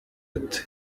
ati